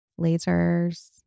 lasers